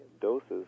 doses